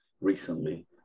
recently